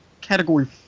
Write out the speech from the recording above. Category